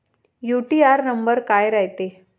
UTR number काय रायते?